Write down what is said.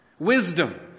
Wisdom